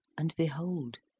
and, behold,